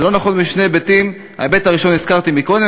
זה לא נכון משני היבטים: את ההיבט הראשון הזכרתי קודם לכן,